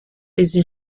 izi